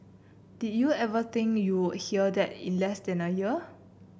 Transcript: did you ever think you'll hear that in less than a year